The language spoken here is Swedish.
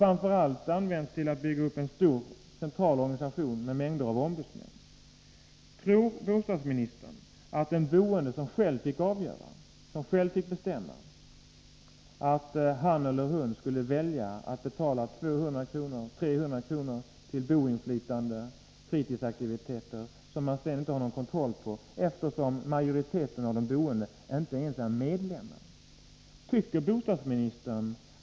Pengarna används främst till att bygga upp en stor och central organisation med mängder av ombudsmän. Tror bostadsministern att hyresgästen, om han eller hon själv fick bestämma, skulle betala 200-300 kr. till boinflytande och fritidsaktiviteter som man inte själv har någon kontroll över? Majoriteten av de boende är ju inte ens medlemmar i hyresgäströrelsen.